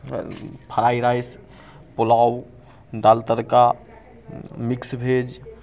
fry rice pulao dal tadka mix veg